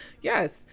Yes